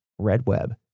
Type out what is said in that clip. RedWeb